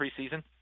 preseason